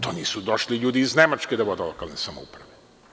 To nisu došli ljudi iz Nemačke da vode lokalne samouprave.